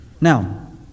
Now